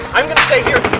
i'm going to stay here